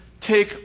take